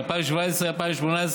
2017 ו-2018,